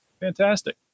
Fantastic